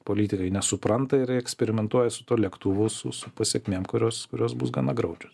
politikai nesupranta ir eksperimentuoja su tuo lėktuvu su su pasekmėm kurios kurios bus gana graudžios